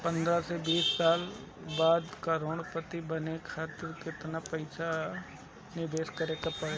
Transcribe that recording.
पंद्रह से बीस साल बाद करोड़ पति बने के चाहता बानी केतना पइसा निवेस करे के होई?